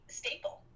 staple